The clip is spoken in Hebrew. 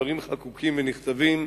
והדברים חקוקים ונכתבים,